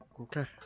Okay